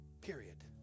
period